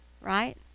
right